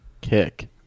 Kick